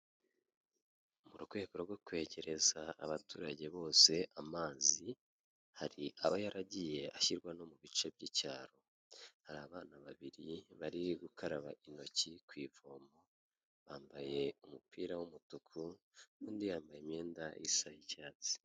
Mu rwego rwo kwegereza abaturage bose amazi, hari aba yaragiye ashyirwa no mu bice by'icyaro. Hari abana babiri bari gukaraba intoki ku ivomo, bambaye umupira w'umutuku, undi yambaye imyenda isa y'icyatsi.